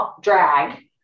drag